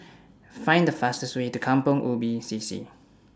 Find The fastest Way to Kampong Ubi C C